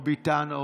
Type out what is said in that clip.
דוד ביטן,